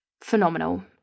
phenomenal